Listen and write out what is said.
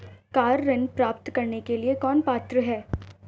Car ऋण प्राप्त करने के लिए कौन पात्र है?